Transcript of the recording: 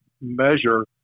measure